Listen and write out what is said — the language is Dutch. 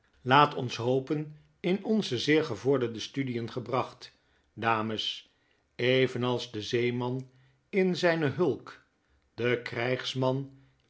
laat ons hopen in onze zeer gevorderde studien gebracht dames en evenals de zeeman in zyne hulk de krggsman